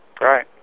Right